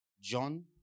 john